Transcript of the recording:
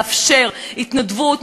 לאפשר התנדבות,